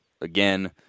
again